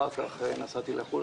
אחר כך נסעתי לחו"ל,